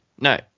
No